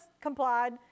complied